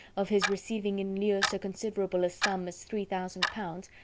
of his receiving in lieu so considerable a sum as three thousand pounds,